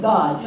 God